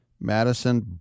Madison